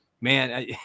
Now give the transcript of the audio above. Man